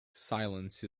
silence